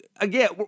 again